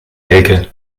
elke